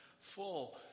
full